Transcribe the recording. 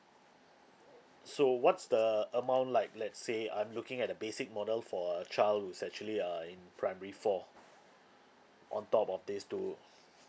so what's the amount like let's say I'm looking at a basic model for a child who's actually uh in primary four on top of this two